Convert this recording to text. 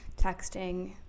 texting